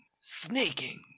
snaking